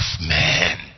man